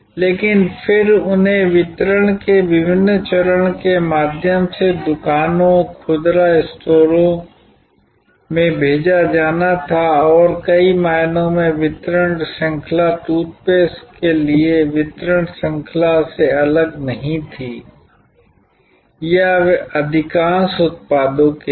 लेकिन फिर उन्हें वितरण के विभिन्न चरणों के माध्यम से दुकानों खुदरा स्टोरों में भेजा जाना था और कई मायनों में वितरण श्रृंखला टूथपेस्ट के लिए वितरण श्रृंखला से अलग नहीं थी या अधिकांश उत्पादों के लिए